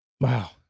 Wow